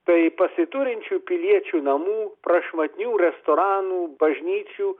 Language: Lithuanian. tai pasiturinčių piliečių namų prašmatnių restoranų bažnyčių